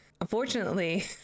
unfortunately